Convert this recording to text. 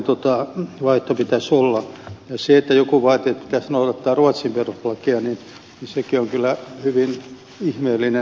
sekin että joku vaati että pitäisi noudattaa ruotsin perustuslakia on kyllä hyvin ihmeellinen valinta